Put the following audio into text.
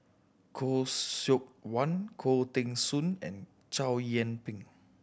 Khoo Seok Wan Khoo Teng Soon and Chow Yian Ping